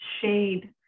shade